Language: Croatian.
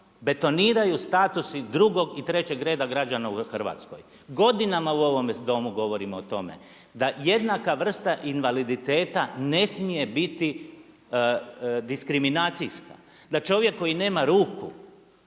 betoniraju statusi drugog i trećeg reda građana u Hrvatskoj. Godinama u ovom Domu govorimo o tome. Da jednaka vrsta invaliditeta ne smije biti diskriminacijska. Da čovjek koji nema ruku